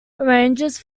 arranges